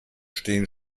stehen